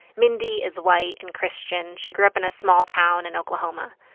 mindy is white and christian. she grew up in a small town in oklahoma,